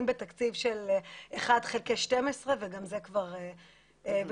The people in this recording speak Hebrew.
בתקציב של 1 חלקי 12 וגם זה כבר בקושי.